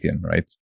right